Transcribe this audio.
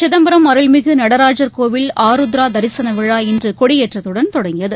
சிதம்பரம் அருள்மிகு நடராஜர் கோவில் ஆருத்ரா தரிசன விழா இன்று கொடியேற்றத்துடன் தொடங்கியது